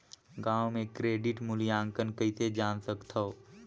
गांव म क्रेडिट मूल्यांकन कइसे जान सकथव?